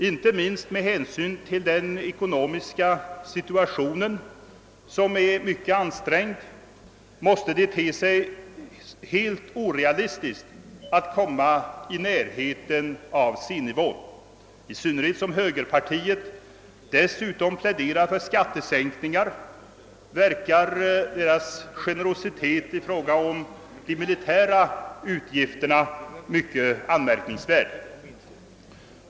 Inte minst med hänsyn till den mycket ansträngda ekonomiska situationen ter det sig helt orealistiskt att komma i närheten av C-nivån. Med hänsyn till att man i högerpartiet dessutom pläderar för skattesänkningar är högerns generositet med de militära anslagen mycket anmärkningsvärd.